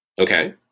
Okay